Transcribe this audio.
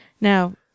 Now